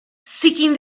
seeking